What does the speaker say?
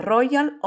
Royal